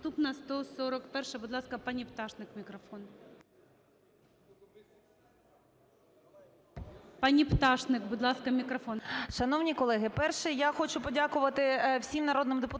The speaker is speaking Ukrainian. Наступна – 141-а. Будь ласка, пані Пташник мікрофон. Пані Пташник, будь ласка, мікрофон. 13:09:31 ПТАШНИК В.Ю. Шановні колеги, перше, я хочу подякувати всім народним депутатам,